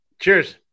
Cheers